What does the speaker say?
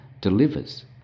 delivers